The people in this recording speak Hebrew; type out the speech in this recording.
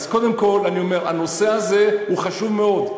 אז קודם כול אני אומר, הנושא הזה הוא חשוב מאוד,